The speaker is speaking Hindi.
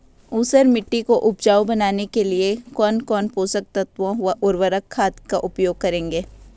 ऊसर मिट्टी को उपजाऊ बनाने के लिए कौन कौन पोषक तत्वों व उर्वरक खाद का उपयोग करेंगे?